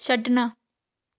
ਛੱਡਣਾ